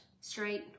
straight